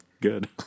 Good